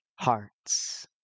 hearts